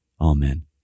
Amen